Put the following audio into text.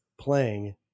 playing